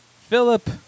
Philip